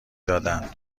دادن